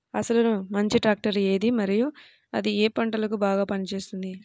అసలు మంచి ట్రాక్టర్ ఏది మరియు అది ఏ ఏ పంటలకు బాగా పని చేస్తుంది?